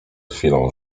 chwilą